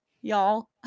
y'all